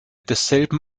desselben